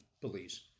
police